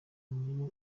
niyo